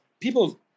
people